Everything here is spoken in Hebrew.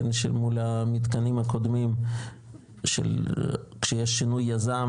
מול המתקנים הקודמים כשיש שינוי יזם